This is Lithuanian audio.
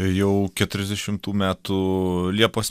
jau keturiasdešimų metų liepos